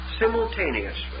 simultaneously